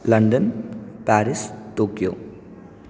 London Paris Tokyo